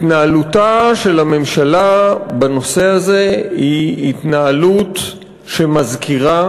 התנהלותה של הממשלה בנושא הזה היא התנהלות שמזכירה